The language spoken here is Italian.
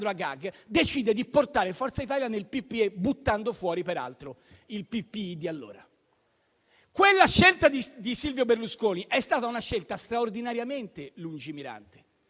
Agag, decide di portare Forza Italia nel PPE, buttando fuori peraltro il PP di allora. Quella scelta di Silvio Berlusconi è stata una scelta straordinariamente lungimirante,